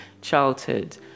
childhood